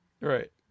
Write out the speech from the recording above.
Right